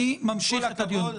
אני ממשיך את הדיון.